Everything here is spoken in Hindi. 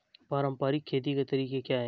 पारंपरिक खेती के तरीके क्या हैं?